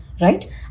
right